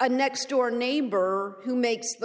a next door neighbor who makes the